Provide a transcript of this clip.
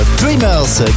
dreamers